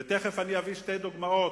ותיכף אני אביא שתי דוגמאות